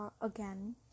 again